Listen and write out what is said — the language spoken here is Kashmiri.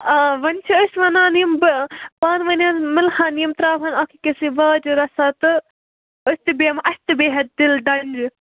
آ وَنۍ چھِ أسۍ وَنان یِم بہٕ پانہٕ ؤنۍ حظ مِلہٕ ہَن یِم ترٛاوہَن اَکھ أکِس واجہِ رَژھا تہٕ أسۍ تہِ بیٚیِم اَسہِ تہِ بیٚیہِ ہا دِل ڈَنٛجہِ